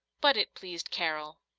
but it pleased carol.